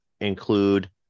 include